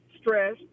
stress